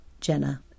Jenna